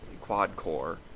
quad-core